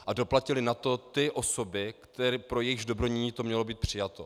A doplatily na to ty osoby, pro jejichž dobrodiní to mělo být přijato.